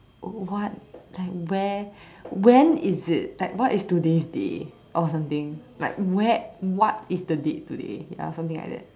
what like where when is it like what is today's day or something like where what is the date today ya something like that